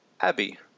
Abby